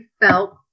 felt